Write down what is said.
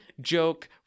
joke